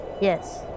Yes